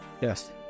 Yes